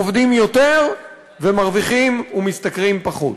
עובדים יותר ומשתכרים פחות.